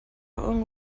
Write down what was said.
own